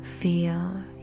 Feel